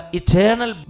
eternal